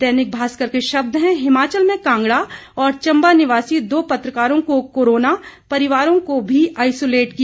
दैनिक भास्कर के शब्द हैं हिमाचल में कांगड़ा और चंबा निवासी दो पत्रकारों को कोरोना परिवारों को भी आईसोलेट किया